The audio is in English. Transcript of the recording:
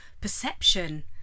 perception